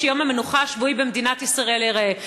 שיום המנוחה השבועי במדינת ישראל ייראה.